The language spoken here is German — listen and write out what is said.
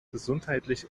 gesundheitlich